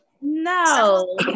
no